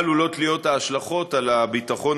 מה עלולות להיות ההשלכות על הביטחון